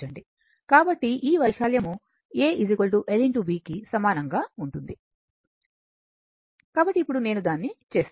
కాబట్టి ఈ వైశాల్యము A l xbకు సమానంగా ఉంటుంది కాబట్టి ఇప్పుడు నేను దాన్ని చేస్తాను